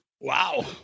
Wow